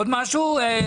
עוד משהו?